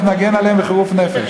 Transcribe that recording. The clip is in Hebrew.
אנחנו נגן עליהם בחירוף נפש.